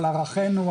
על ערכינו,